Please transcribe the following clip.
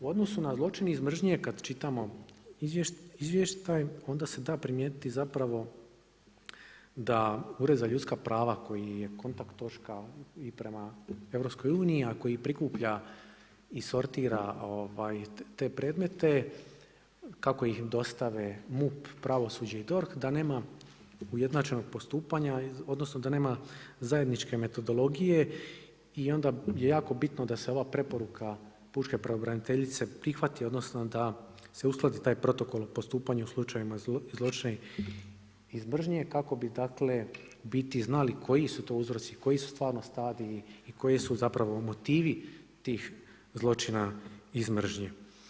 U odnosu na zločin iz mržnje kad čitamo izvještaj, onda se da primijetiti zapravo da Ured za ljudska prava koji je kontakt točka i prema Europskoj uniji, a koji prikuplja i sortira te predmete kako ih dostave MUP, pravosuđe i DORH da nema ujednačenog postupanja, odnosno da nema zajedničke metodologije i onda je jako bitno da se ova preporuka pučke pravobraniteljice prihvati, odnosno da se uskladi taj protokol o postupanju u slučajevima zločina iz mržnje kako bi dakle u biti znali koji su to uzroci, koji su stvarno stadiji i koji su zapravo motivi tih zločina iz mržnje.